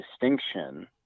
distinction